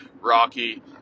rocky